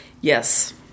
Yes